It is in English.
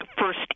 First